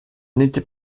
n’était